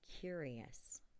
curious